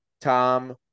Tom